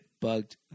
bugged